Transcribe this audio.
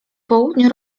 południu